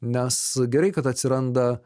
nes gerai kad atsiranda